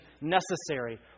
necessary